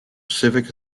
civic